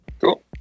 Cool